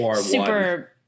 super